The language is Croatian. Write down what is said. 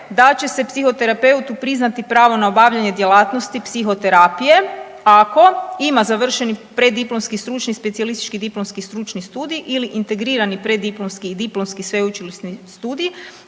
da će se psihoterapeutu priznati pravo na obavljanje djelatnosti psihoterapije ako ima završeni preddiplomski stručni specijalistički i diplomski stručni studij ili integrirani preddiplomski i diplomski sveučilišni studij